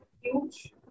huge